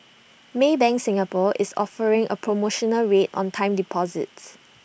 maybank Singapore is offering A promotional rate on time deposits